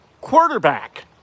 quarterback